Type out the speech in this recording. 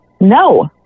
no